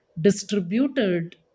distributed